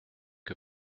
que